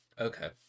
Okay